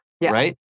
right